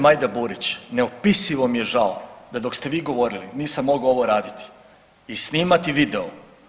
Majda Burić, neopisivo mi je žao da dok ste vi govorili nisam mogao ovo raditi i snimati video.